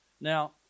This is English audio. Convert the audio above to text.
Now